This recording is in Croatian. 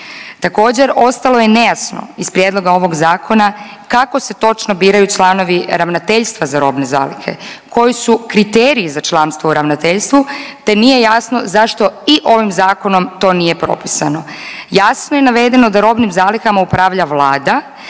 Također ostalo je nejasno iz prijedloga ovog zakona kako se točno biraju članovi ravnateljstva za robne zalihe, koji su kriteriji za članstvo u ravnateljstvu te nije jasno zašto i ovim zakonom to nije propisano. Jasno je navedeno da robnim zalihama upravlja vlada,